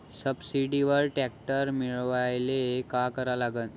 सबसिडीवर ट्रॅक्टर मिळवायले का करा लागन?